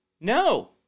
No